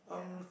ya